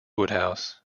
woodhouse